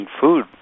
food